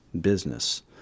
business